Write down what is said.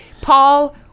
Paul